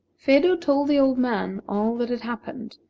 phedo told the old man all that had happened,